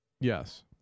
Yes